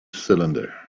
cylinder